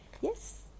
Yes